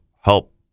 help